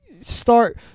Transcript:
Start